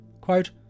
quote